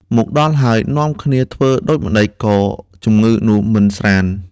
មកដល់ហើយ នាំគ្នាធ្វើដូចម្តេចក៏ជំងឺនោះមិនស្រាន្ត។